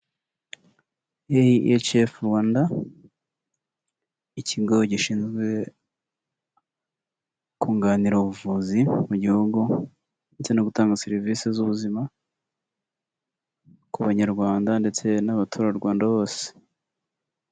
AHF Rwanda ikigo gishinzwe kunganira ubuvuzi mu gihugu ndetse no gutanga serivisi z'ubuzima ku banyarwanda ndetse n'abaturarwanda bose.